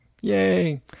Yay